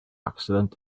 accident